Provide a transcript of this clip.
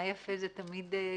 בעיניי "יפה" זה תמיד קומפלימנט.